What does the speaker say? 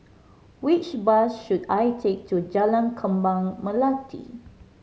which bus should I take to Jalan Kembang Melati